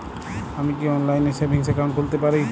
আমি কি অনলাইন এ সেভিংস অ্যাকাউন্ট খুলতে পারি?